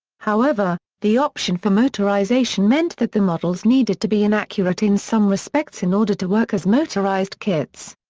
however, the option for motorization meant that the models needed to be inaccurate in some respects in order to work as motorized kits.